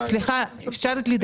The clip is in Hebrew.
סליחה, אפשר לדבר?